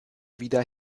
wieder